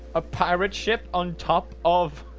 a pirate ship on top of